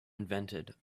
invented